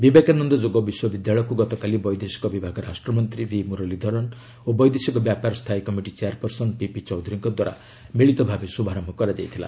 ବିବେକାନନ୍ଦ ଯୋଗ ବିଶ୍ୱବିଦ୍ୟାଳୟକୁ ଗତକାଲି ବୈଦେଶିକ ବିଭାଗ ରାଷ୍ଟ୍ରମନ୍ତ୍ରୀ ଭି ମୁରଲୀଧରନ୍ ଓ ବୈଦେଶିକ ବ୍ୟାପାର ସ୍ଥାୟୀ କମିଟି ଚେୟାରପର୍ସନ୍ ପିପି ଚୌଧୁରୀଙ୍କ ଦ୍ୱାରା ମିଳିତ ଭାବେ ଶୁଭାରର୍ୟ କରାଯାଇଥିଲା